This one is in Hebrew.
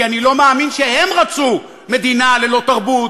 כי אני לא מאמין שהם רצו מדינה ללא תרבות